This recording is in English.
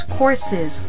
courses